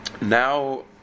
Now